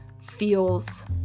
feels